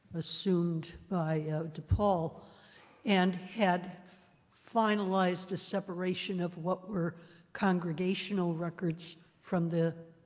assumed by depau and had finalized a separation of what were congregational records from the